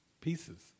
pieces